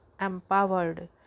empowered